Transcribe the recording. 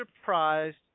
surprised